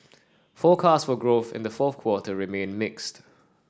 forecasts for growth in the fourth quarter remain mixed